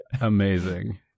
Amazing